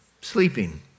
sleeping